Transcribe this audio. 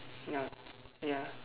ya ya